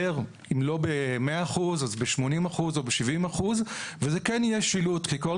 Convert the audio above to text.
שהציבור שכן רוצה לקחת שקית יידע שמותר לו לקחת 10 אגורות,